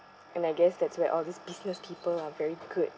and I guess that's why all these business people are very good